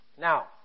Now